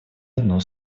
одну